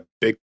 big